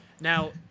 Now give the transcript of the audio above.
Now